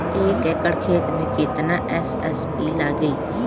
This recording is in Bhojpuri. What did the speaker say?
एक एकड़ खेत मे कितना एस.एस.पी लागिल?